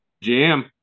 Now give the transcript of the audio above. jam